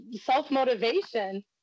self-motivation